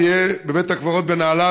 תהיה בבית הקברות בנהלל,